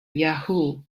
yahoo